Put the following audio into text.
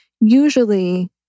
usually